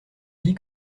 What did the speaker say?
dis